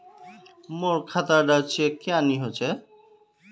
मोर खाता डा चेक क्यानी होचए?